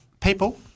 people